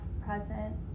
present